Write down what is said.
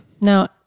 Now